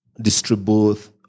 distribute